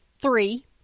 three